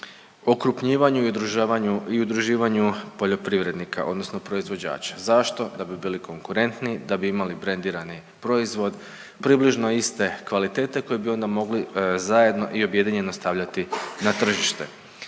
okrupnjivanju i udruživanju poljoprivrednika, odnosno proizvođača. Zašto? Da bi bili konkurentni, da bi imali brendirani proizvod približno iste kvalitete koje bi onda mogli zajedno i objedinjeno stavljati na tržište.